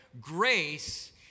grace